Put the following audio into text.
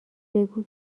بگو